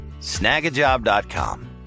Snagajob.com